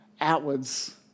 outwards